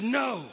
no